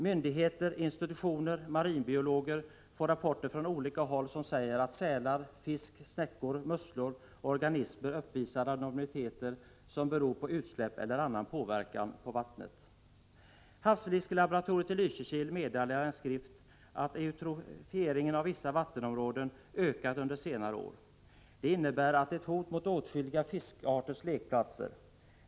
Myndigheter, institutioner och marinbiologer får rapporter från olika håll om att sälar, fisk, snäckor, musslor och andra organismer uppvisar abnormiteter, som beror på utsläpp eller annan påverkan på vattnet. Havsfiskelaboratoriet i Lysekil meddelar i en skrift att eutrofieringen av vissa vattenområden ökat under senare år. Detta innebär ett hot mot åtskilliga fiskarters lekplatser.